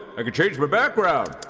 i can change my background.